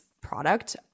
product